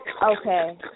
Okay